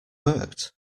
worked